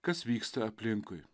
kas vyksta aplinkui